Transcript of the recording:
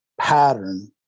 pattern